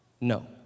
no